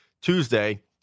Tuesday